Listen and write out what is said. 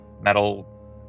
metal